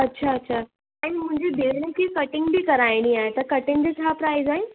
अच्छा अच्छा ऐं मुंहिंजी भेनरुनि खे कटिंग बि कराइणी आहे त कटिंग जा छा प्राइज आहिनि